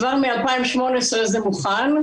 כבר מ-2018 זה מוכן,